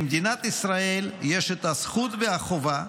למדינת ישראל יש את הזכות והחובה,